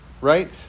right